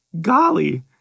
Golly